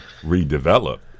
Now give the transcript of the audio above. redevelop